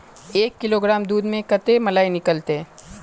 एक किलोग्राम दूध में कते मलाई निकलते?